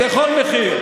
בכל מחיר.